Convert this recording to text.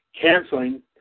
canceling